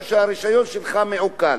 שהרשיון שלו מעוקל.